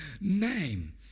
name